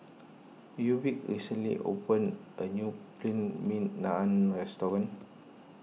Reubin recently opened a new Plain Naan restaurant